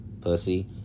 pussy